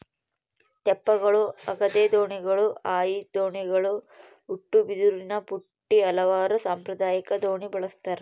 ತೆಪ್ಪಗಳು ಹಗೆದ ದೋಣಿಗಳು ಹಾಯಿ ದೋಣಿಗಳು ಉಟ್ಟುಬಿದಿರಿನಬುಟ್ಟಿ ಹಲವಾರು ಸಾಂಪ್ರದಾಯಿಕ ದೋಣಿ ಬಳಸ್ತಾರ